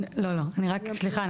לא, לא, אני רק, סליחה,